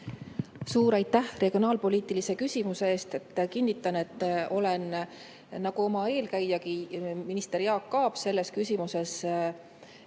Suur aitäh regionaalpoliitilise küsimuse eest! Kinnitan, et olen nagu oma eelkäijagi, minister Jaak Aab, selles küsimuses